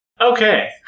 Okay